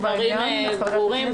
הדברים ברורים.